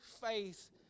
faith